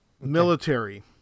military